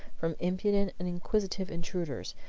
from impudent and inquisitive intruders,